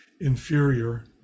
inferior